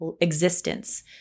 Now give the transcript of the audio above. existence